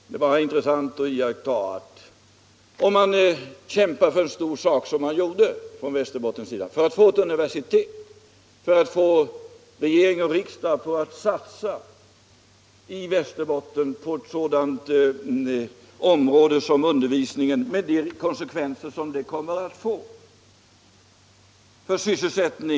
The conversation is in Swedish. Det är bara intressant att iaktta hur utvecklingen har fortskridit i denna fråga. I Västerbotten har man kämpat för en stor sak, nämligen att få ett universitet och förmå regering och riksdag att satsa på Västerbotten när det gäller ett sådant — Nr 73 område som undervisningen med de konsekvenser för sysselsättning o. d. Torsdagen den som detta kommer att få.